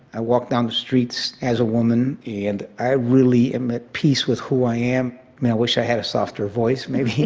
i walk down the streets as a woman, and i really am at peace with who i am. i mean, i wish i had a softer voice maybe,